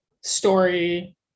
story